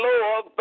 Lord